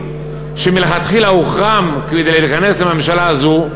שמלכתחילה הוחרם מלהיכנס לממשלה הזו,